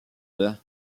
vent